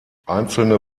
einzelne